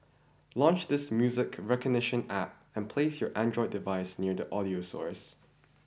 launch this music recognition App and place your Android device near the audio source